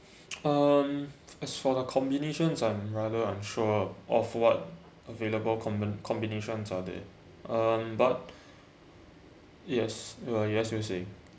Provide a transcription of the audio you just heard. um as for the combinations I'm rather unsure of what available com~ combinations are there um but yes you are yes saying